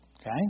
Okay